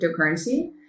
cryptocurrency